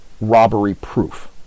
robbery-proof